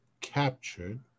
captured